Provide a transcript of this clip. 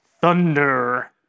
Thunder